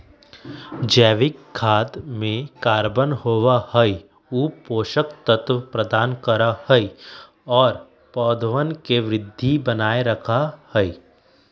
जैविक खाद में कार्बन होबा हई ऊ पोषक तत्व प्रदान करा हई और पौधवन के वृद्धि के बनाए रखा हई